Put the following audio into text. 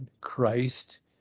Christ